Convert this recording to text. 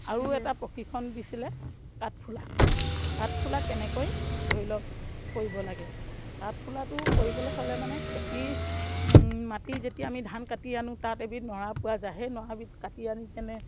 আৰু এটা প্ৰশিক্ষণ দিছিলে কাঠফুলা কাঠফুলা কেনেকৈ ধৰি লওক কৰিব লাগে কাঠফুলাটো কৰিবলে হ'লে মানে খেতি মাটি যেতিয়া আমি ধান কাটি আনো তাত এবিধ নৰা পোৱা যায় সেই নৰাবিধ কাটি আনি কেনে